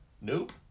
Nope